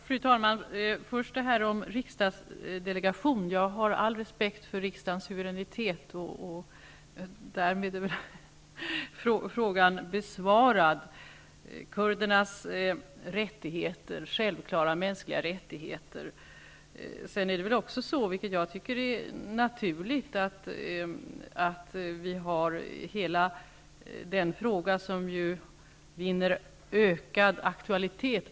Fru talman! Beträffande det som sades om en riksdagsdelegation vill jag säga att jag har all respekt för riksdagens suveränitet, och därmed är väl frågan om kurdernas självklara mänskliga rättigheter besvarad. Sedan tycker jag att det är naturligt att frågan om respekten för minoriteternas ställning vinner ökad aktualitet.